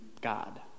God